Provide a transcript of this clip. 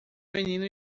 menino